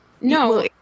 no